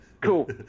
Cool